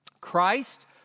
Christ